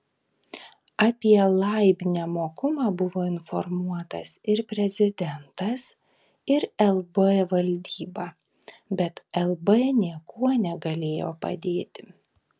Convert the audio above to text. apie laib nemokumą buvo informuotas ir prezidentas ir lb valdyba bet lb niekuo negalėjo padėti